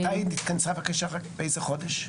מתי היא התכנסה, באיזה חודש?